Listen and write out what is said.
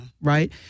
Right